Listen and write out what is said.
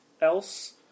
else